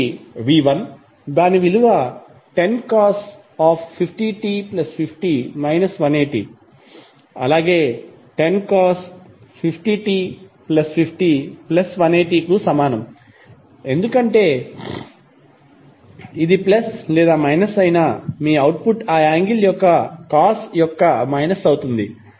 ఒకటి v1 దాని విలువ 10cos 50t50 180 అలాగే10cos 50t50180 కు సమానం ఎందుకంటే ఇది ప్లస్ లేదా మైనస్ అయినా మీ అవుట్పుట్ ఆ యాంగిల్ యొక్క కాస్ యొక్క మైనస్ అవుతుంది